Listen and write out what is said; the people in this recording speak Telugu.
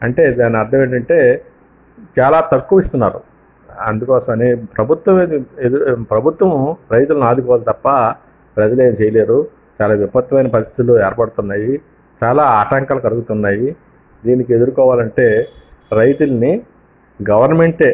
అంటే దాని అర్థం ఏంటంటే చాలా తక్కువ ఇస్తున్నారు అందుకోసమని ప్రభుత్వం ప్రభుత్వం రైతులను ఆదుకోవాలి తప్ప ప్రజలు ఏమి చేయలేరు చాలా విపత్కరమైన పరిస్థితుల్లో ఏర్పడుతున్నాయి చాలా ఆటంకాలు కలుగుతున్నాయి దీనికి ఎదుర్కోవాలి అంటే రైతులని గవర్నమెంటే